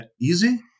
easy